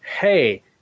hey